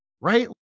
right